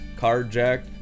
carjacked